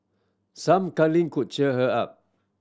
some cuddling could cheer her up